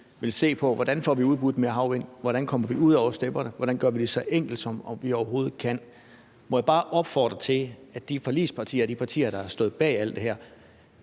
vil se på, hvordan vi får udbudt mere havvind, hvordan vi kommer ud over stepperne, hvordan vi gør det så enkelt, som vi overhovedet kan. Må jeg bare opfordre til, at de forligspartier, de partier, der har stået bag alt det her,